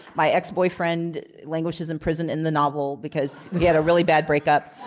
my ex-boyfriend languishes in prison in the novel because we had a really bad breakup.